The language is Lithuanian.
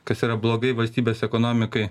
kas yra blogai valstybės ekonomikai